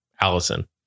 Allison